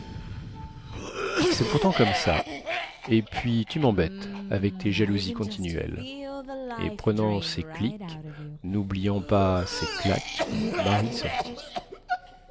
cest pourtant comme ça et puis tu membêtes avec tes jalousies continuelles et prenant ses cliques noubliant pas ses claques marie sortit